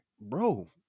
bro